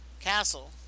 castle